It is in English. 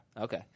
Okay